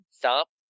Stop